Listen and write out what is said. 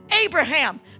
Abraham